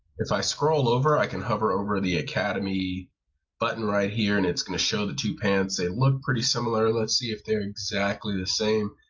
if i scroll over i can hover over the academy button right here and it's going to show the two pants, they look pretty similar, let's see if they're exactly the same.